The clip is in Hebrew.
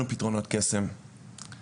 גם